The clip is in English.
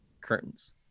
curtains